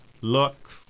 look